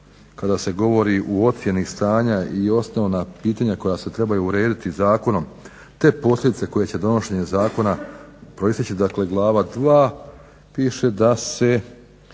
kada se govori u ocjeni stanja i osnovna pitanja koja se trebaju urediti zakonom te posljedice koje će donošenjem zakona proisteći, dakle glava 2., piše da se